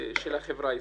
של החברה הישראלית.